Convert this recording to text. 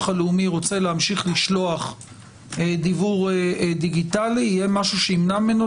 הלאומי רוצה להמשיך לשלוח דיוור דיגיטלי יהיה משהו שימנע ממנו